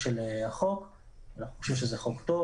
אנחנו חושבים שזה חוק טוב.